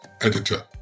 editor